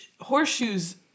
horseshoes